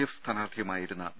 F സ്ഥാനാർത്ഥിയുമായിരുന്ന V